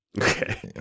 Okay